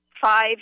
five